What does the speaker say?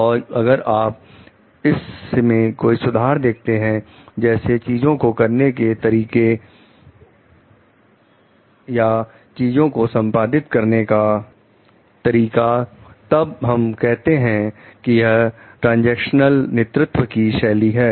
और अगर आप इस में कोई सुधार देखते हैं जैसे चीजों को करने के तरीके या चीजों को संपादित करने का तरीका तब हम कहते हैं कि यह ट्रांजैक्शनल नेतृत्व की शैली है